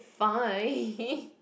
fine